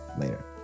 Later